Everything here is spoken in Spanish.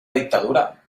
dictadura